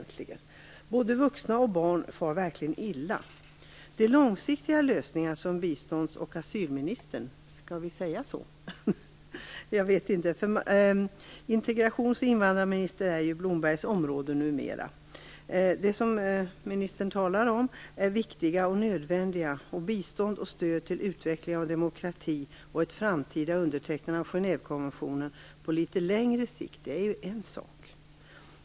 Både vuxna och barn far verkligen illa. De långsiktiga lösningar som bistånds och asylministern - skall vi säga så? - talar om är viktiga och nödvändiga. Jag vet inte vad man skall kalla ministern för, eftersom integrations och flyktingfrågorna ju hör till Leif Bistånd och stöd till utveckling av demokrati och ett framtida undertecknande av Genèvekonventionen på litet längre sikt är en sak.